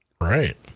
Right